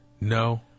No